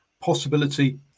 possibility